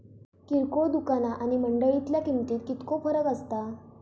किरकोळ दुकाना आणि मंडळीतल्या किमतीत कितको फरक असता?